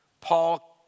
Paul